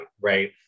right